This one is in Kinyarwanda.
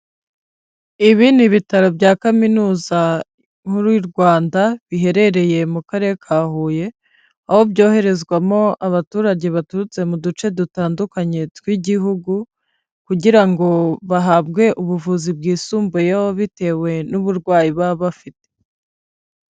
Ibi ni ibitaro bya kaminuza nkuru y'u Rwanda biherereye mu karere ka huye, aho byoherezwamo abaturage baturutse mu duce dutandukanye tw'igihugu kugira ngo bahabwe ubuvuzi bwisumbuyeho bitewe n'uburwayi baba bafite.